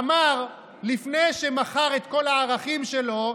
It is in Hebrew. אמר לפני שמכר את כל הערכים שלו,